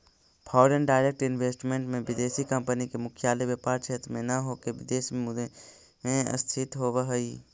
foreign direct investment में विदेशी company के मुख्यालय व्यापार क्षेत्र में न होके विदेश में स्थित होवऽ हई